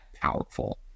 powerful